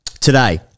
today